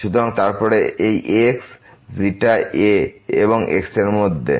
সুতরাং তারপর এই x a এবং xএর মধ্যে